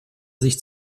sich